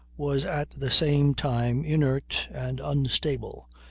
was at the same time inert and unstable,